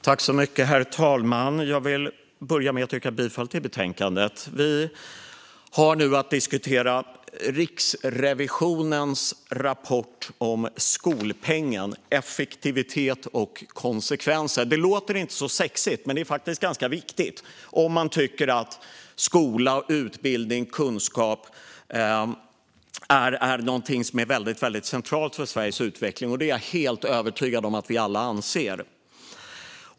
Herr talman! Jag vill börja med att yrka bifall till utskottets förslag till beslut. Vi har nu att diskutera Riksrevisionens rapport Skolpengen - effektivitet och konsekvenser . Det låter inte så sexigt, men det är faktiskt ganska viktigt om man tycker att skola, utbildning och kunskap är någonting väldigt centralt för Sveriges utveckling. Det är jag också helt övertygad om att vi alla anser.